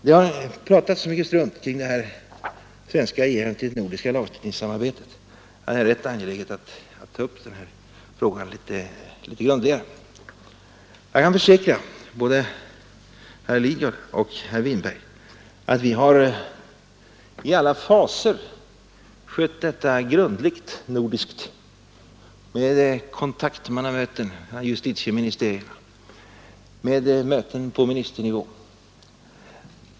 Det har pratats så mycket strunt kring det svenska agerandet i det nordiska lagstiftningssamarbetet att det är rätt angeläget att ta upp den här frågan litet grundligare. Jag kan försäkra både herr Lidgard och herr Winberg att vi i alla faser har skött detta grundligt nordiskt med kontaktmannamöten mellan justitieministerierna och med möten på ministernivå.